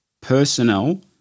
personnel